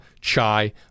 chai